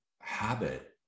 habit